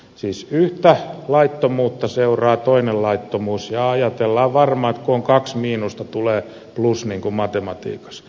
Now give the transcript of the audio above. siis yhtä laittomuutta seuraa toinen laittomuus ja ajatellaan varmaan että kun on kaksi miinusta niin tulee plus niin kuin matematiikassa